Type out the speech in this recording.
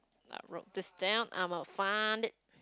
I wrote this down imma find it